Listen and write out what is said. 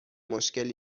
مشکل